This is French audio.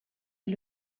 est